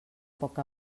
poc